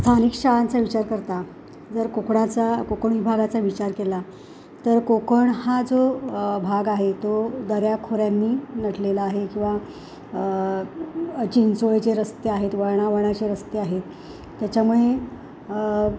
स्थानिक शाळांचा विचार करता जर कोकणाचा कोकण विभागाचा विचार केला तर कोकण हा जो भाग आहे तो दऱ्या खोऱ्यांनी नटलेला आहे किंवा चिंचोळेचे रस्ते आहेत वळणावळणाचे रस्ते आहेत त्याच्यामुळे